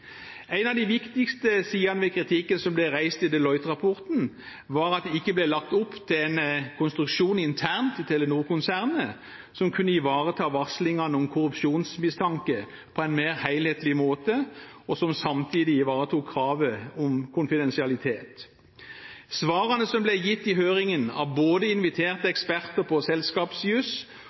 En av de viktigste sidene ved kritikken som ble reist i Deloitte-rapporten, var at det ikke ble lagt opp til en konstruksjon internt i Telenor-konsernet som kunne ivareta varslingene om korrupsjonsmistanke på en mer helhetlig måte, og som samtidig ivaretok kravet om konfidensialitet. Svarene som ble gitt i høringen av både inviterte eksperter på